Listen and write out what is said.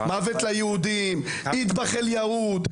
מוות ליהודים, איטבאח אל יהוד.